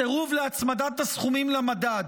סירוב להצמדת הסכומים למדד,